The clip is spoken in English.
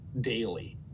daily